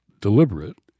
deliberate